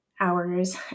hours